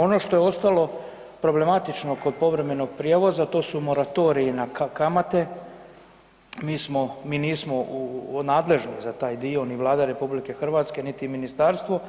Ono što je ostalo problematično kod povremenog prijevoza, to su moratoriji na kamate, mi smo, mi nismo nadležni za taj dio ni Vlada RH niti ministarstvo,